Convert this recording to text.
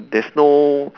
there's no